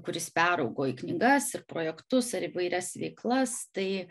kuris peraugo į knygas ir projektus ar įvairias veiklas tai